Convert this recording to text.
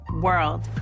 world